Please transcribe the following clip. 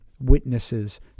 witnesses